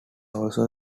also